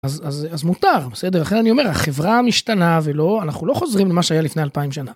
אז אז אז מותר, בסדר?! לכן אני אומר החברה משתנה ולא אנחנו לא חוזרים למה שהיה לפני 2000 שנה.